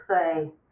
say